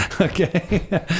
okay